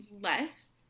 less